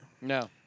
No